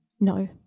no